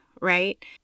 right